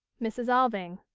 mrs. alving.